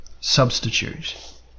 substitute